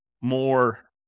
more